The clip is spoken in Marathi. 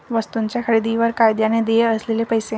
वस्तूंच्या खरेदीवर कायद्याने देय असलेले पैसे